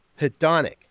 hedonic